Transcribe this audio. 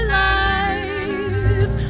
life